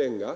frågor.